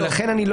ולכן,